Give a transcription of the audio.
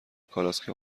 کالسکه